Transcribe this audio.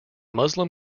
muslim